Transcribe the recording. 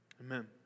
Amen